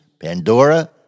Pandora